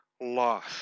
loss